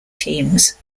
teams